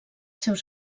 seus